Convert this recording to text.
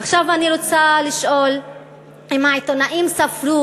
עכשיו אני רוצה לשאול אם העיתונאים ספרו